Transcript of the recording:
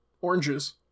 oranges